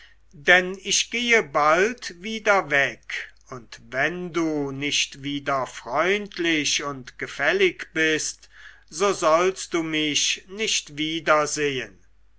denn ich gehe bald wieder weg und wenn du nicht wieder freundlich und gefällig bist so sollst du mich nicht wiedersehen